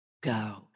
go